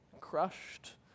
crushed